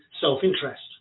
self-interest